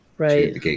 Right